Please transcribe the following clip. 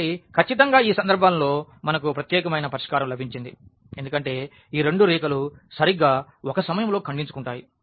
కాబట్టి ఖచ్చితంగా ఈ సందర్భంలో మనకు ప్రత్యేకమైన పరిష్కారం లభించింది ఎందుకంటే ఈ రెండు రేఖలు సరిగ్గా ఒక సమయంలో ఖండించుకుంటాయి